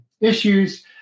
issues